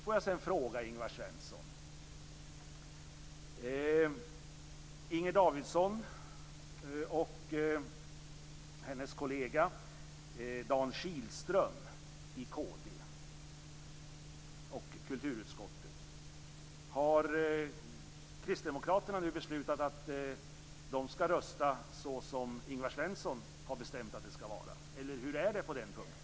Har kristdemokraterna nu beslutat att Inger Davidson och hennes kollega Dan Kihlström i kd och kulturutskottet skall rösta som Ingvar Svensson har bestämt att de skall göra, eller hur är det på den punkten?